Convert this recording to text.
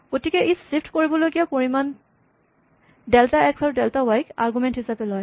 গতিকে ই ছিফ্ট কৰিবলগীয়া পৰিমাণ ডেল্টা এক্স আৰু ডেল্টা ৱাই ক আৰগুমেন্ট হিচাপে লয়